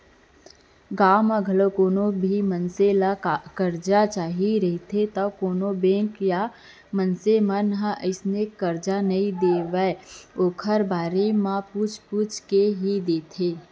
गाँव म घलौ कोनो भी मनसे ल करजा चाही रहिथे त कोनो बेंक ह या मनसे ह अइसने करजा नइ दे देवय ओखर बारे म पूछ पूछा के ही देथे